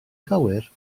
cywir